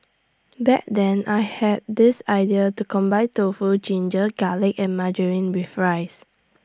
back then I had this idea to combine tofu ginger garlic and margarine with rice